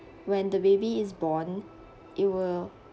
when the baby is born it will